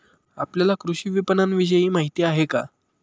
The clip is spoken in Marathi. आपल्याला कृषी विपणनविषयी माहिती आहे का?